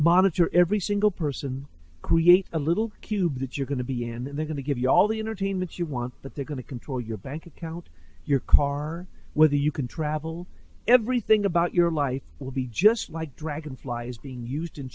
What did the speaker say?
monitor every single person create a little cube that you're going to be and then they're going to give you all the entertainment you want that they're going to control your bank account your car whether you can travel everything about your life will be just like dragonflies being used in